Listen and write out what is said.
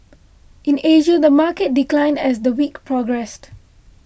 in Asia the market declined as the week progressed